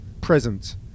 present